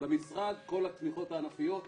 במשרד כל התמיכות הענפיות,